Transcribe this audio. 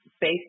based